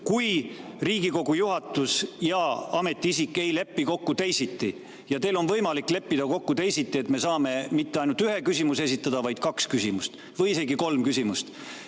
kui Riigikogu juhatus ja ametiisik ei lepi kokku teisiti. Teil on võimalik leppida kokku teisiti, nii et me saame mitte ainult ühe küsimuse esitada, vaid kaks küsimust või isegi kolm küsimust.